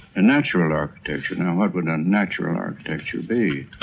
a natural architecture. now what would a natural architecture be?